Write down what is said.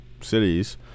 cities